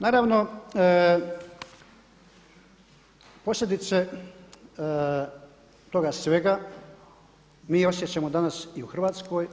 Naravno posljedice toga svega mi osjećamo danas i u Hrvatskoj